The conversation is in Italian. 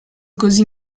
così